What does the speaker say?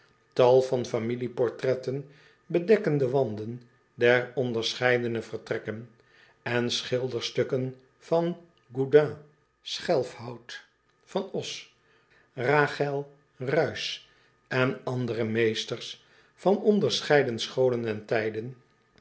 al van familieportretten bedekken de wanden der onderscheidene vertrekken en schilderstukken van udin chelfhout van s achel uijsch en andere meesters van onderscheiden scholen en tijden